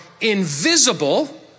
Invisible